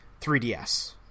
3DS